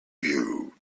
you